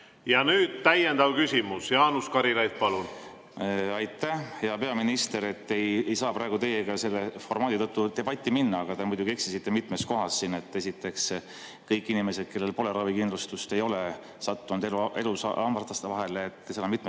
Ja nüüd täiendav küsimus. Jaanus Karilaid, palun! Aitäh! Hea peaminister! Ei saa praegu teiega selle formaadi tõttu debatti minna, aga te muidugi eksisite mitmes kohas. Esiteks, kõik inimesed, kellel pole ravikindlustust, ei ole sattunud elu hammasrataste vahele, seal on mitmeid